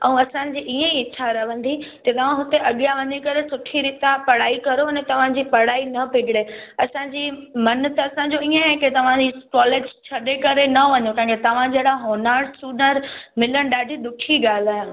ऐं असांजी ईअ ई इच्छा रहंदी ते तव्हां हुते अॻियां वञी करे सुठी रीति सां पढ़ाई करो अने तव्हांजी पढ़ाई न बिगड़े असांजी मन त असांजो ईअ आहे के तव्हांजी कॉलेज छॾे करे न वञो ऐं तव्हां जहिड़ा होनहारु स्टूडेंट मिलण ॾाढी ॾुखी ॻाल्हि आहे